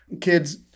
kids